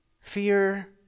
fear